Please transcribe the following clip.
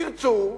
ירצו,